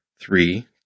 Three